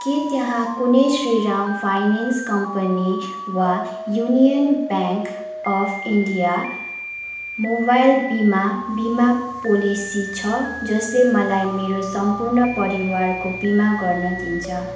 के त्यहाँ कुनै श्रीराम फाइनेन्स कम्पनी वा union bank of India mobile बिमा बिमा पोलेसी छ जसले मलाई मेरो सम्पूर्ण परिवारको बिमा गर्नदिन्छ